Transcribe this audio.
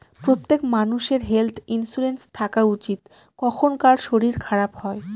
প্রত্যেক মানষের health insurance থাকা উচিত, কখন কার শরীর খারাপ হয়